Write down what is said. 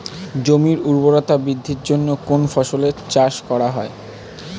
জমির উর্বরতা বৃদ্ধির জন্য কোন ফসলের চাষ করা হয়?